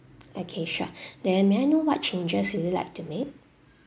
okay sure then may I know what changes do you like to make